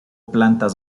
plantas